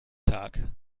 tag